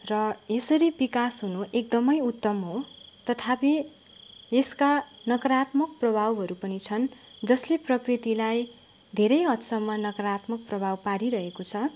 र यसरी विकास हुनु एकदमै उत्तम हो तथापि यसका नकरात्मक प्रभावहरू पनि छन् जसले प्रकृतिलाई धेरै हदसम्म नकरात्मक प्रभाव पारिरहेको छ